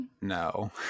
No